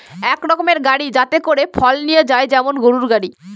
এক রকমের গাড়ি যাতে করে ফল নিয়ে যায় যেমন গরুর গাড়ি